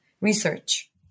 research